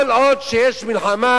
כל עוד יש מלחמה,